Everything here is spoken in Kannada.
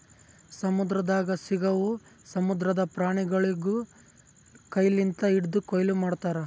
ಸಮುದ್ರದಾಗ್ ಸಿಗವು ಸಮುದ್ರದ ಪ್ರಾಣಿಗೊಳಿಗ್ ಕೈ ಲಿಂತ್ ಹಿಡ್ದು ಕೊಯ್ಲಿ ಮಾಡ್ತಾರ್